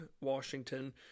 Washington